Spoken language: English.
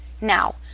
Now